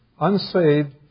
unsaved